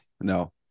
no